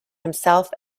himself